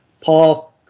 paul